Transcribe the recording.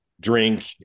drink